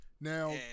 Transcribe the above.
Now